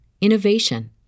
innovation